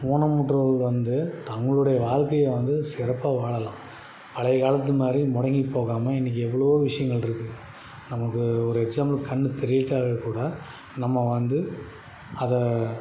ஊனமுற்றோர்கள் வந்து தங்களுடைய வாழ்க்கைய வந்து சிறப்பாக வாழலாம் பழைய காலத்து மாதிரி முடங்கி போகாமல் இன்னிக்கு எவ்வளோ விஷயங்கள் இருக்குது நமக்கு ஒரு எக்ஸாம்பிள் கண் தெரியாட்டால் கூட நம்ம வந்து அதை